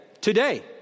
today